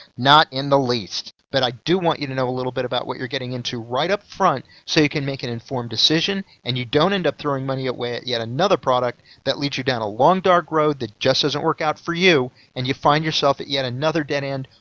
not at all. but i do want you to know a little bit about what you're getting into right up front, so you can make an informed decision, and you don't end up throwing money away at yet another product that leads you down a long, dark road that just doesn't work out for you, and you find yourself at yet another dead end,